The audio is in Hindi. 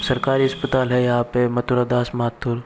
सरकारी अस्पताल है यहाँ पर मथुरा दास माथुर